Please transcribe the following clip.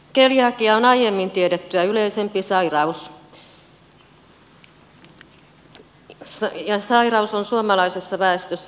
keliakia on aiemmin tiedettyä yleisempi sairaus ja sairaus on suomalaisessa väestössä yleinen